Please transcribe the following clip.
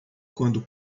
quando